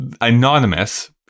Anonymous